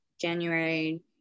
January